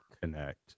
connect